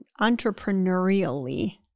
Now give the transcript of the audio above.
entrepreneurially